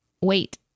wait